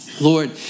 Lord